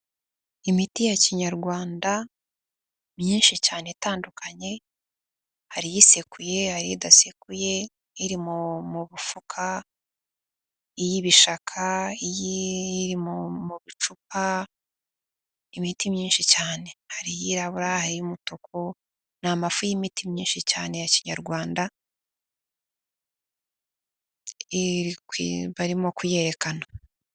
Imiti ya kinyarwanda myinshi cyane itandukanye, hari isekuye hari idasekuye, iri mu bufuka iy'ibishaka, iri mu bicupa ni imiti myinshi cyane, hari iyirabura hari iy'umutuku, ni amafu y'imiti myinshi cyane ya kinyarwanda barimo kuyerekana.